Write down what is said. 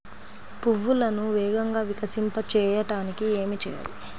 పువ్వులను వేగంగా వికసింపచేయటానికి ఏమి చేయాలి?